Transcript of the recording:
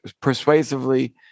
persuasively